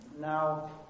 Now